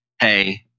hey